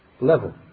level